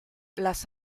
las